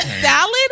salad